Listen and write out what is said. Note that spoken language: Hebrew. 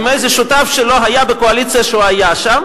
עם איזה שותף שלא היה בקואליציה שהוא היה בה?